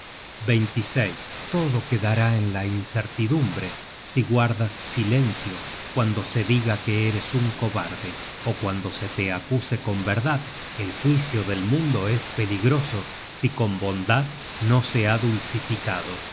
todo quedará en la incertidumbre si guardas silencio cuando se diga que eres un cobarde ó cuando te se acuse con verdad el juicio del mundo es peligroso si con bondad no se ha dulcificado